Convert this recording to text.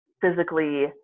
physically